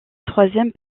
troisième